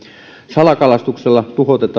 salakalastuksella